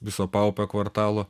viso paupio kvartalo